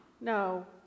No